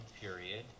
period